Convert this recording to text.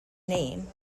name